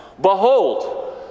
Behold